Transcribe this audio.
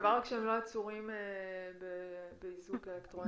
מקווה רק שהם לא עצורים באיזוק אלקטרוני.